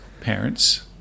parents